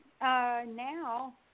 now